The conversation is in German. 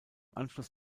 anschluss